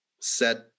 set